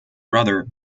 brother